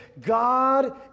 God